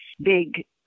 big